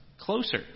closer